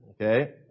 Okay